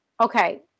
Okay